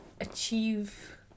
achieve